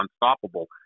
unstoppable